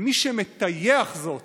ומי שמטייח זאת